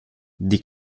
die